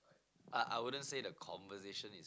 I I wouldn't say the conversation is